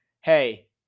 hey